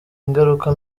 ingaruka